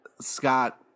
Scott